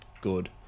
good